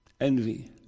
Envy